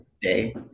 day